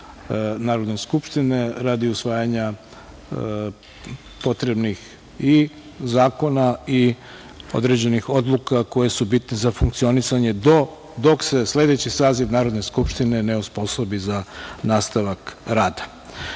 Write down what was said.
Narodne skupštine radi usvajanja potrebnih i zakona i određenih odluka koje su bitne za funkcionisanje dok se sledeći saziv Narodne skupštine ne osposobi za nastavak rada. Kao